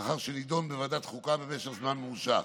לאחר שנדון בוועדת החוקה במשך זמן ממושך.